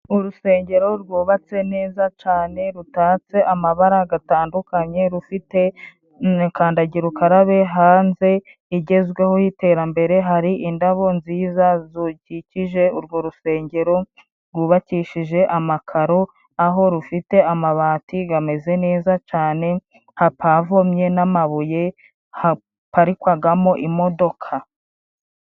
Urusengero rwubatse neza cane, rutatse amabara gatandukanye, rufite kandagira ukarabe hanze igezweho y'iterambere, hari indabo nziza zikikije urwo rusengero, rwubakishije amakaro aho rufite amabati gameze neza cane, hapavomye n'amabuye haparikwagamo imodoka.